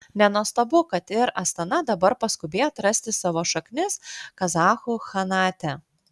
nenuostabu kad ir astana dabar paskubėjo atrasti savo šaknis kazachų chanate